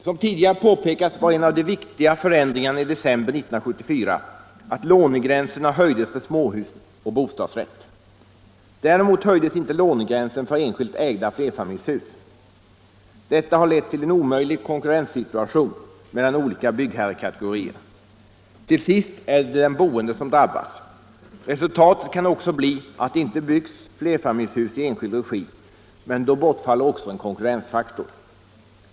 Som tidigare påpekats var en av de viktiga förändringarna i december 1974 att lånegränserna höjdes för småhus och bostadsrätt. Däremot höjdes inte lånegränsen för enskilt ägda flerfamiljshus. Detta har lett till en omöjlig konkurrenssituation mellan olika byggherrekategorier. Till sist är det den boende som drabbas. Resultatet kan också bli att det inte byggs flerfamiljshus i enskild regi, men då bortfaller också en konkurrensfaktor.